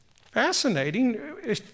fascinating